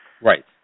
Right